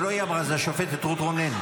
זה לא היא אמרה, זו השופטת רות רונן.